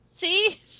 See